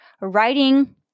writing